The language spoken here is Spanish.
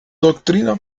doctrina